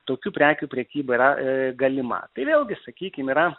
tokių prekių prekyba yra galima tai vėlgi sakykim yra